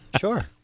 Sure